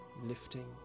lifting